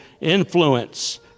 influence